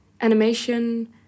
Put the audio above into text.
animation